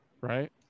right